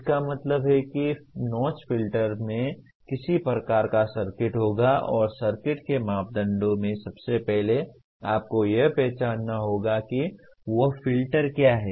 इसका मतलब है कि नौच फ़िल्टर में किसी प्रकार का सर्किट होगा और सर्किट के मापदंडों में सबसे पहले आपको यह पहचानना होगा कि वह फ़िल्टर क्या है